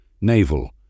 navel